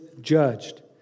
judged